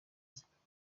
zimbabwe